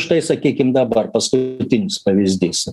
štai sakykim dabar paskutinis pavyzdys